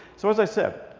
so, as i said,